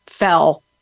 fell